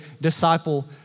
disciple